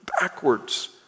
backwards